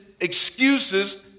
excuses